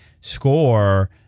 score